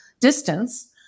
distance